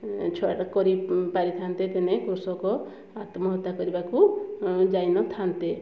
ଛୁଆଟେ କରି ପାରିଥାନ୍ତେ ଦିନେ କୃଷକ ଆତ୍ମହତ୍ୟା କରିବାକୁ ଯାଇ ନ ଥାନ୍ତେ